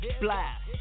blast